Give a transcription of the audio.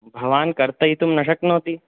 भवान् कर्तयितुं न शक्नोति